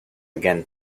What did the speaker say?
again